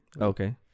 Okay